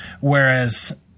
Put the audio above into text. Whereas –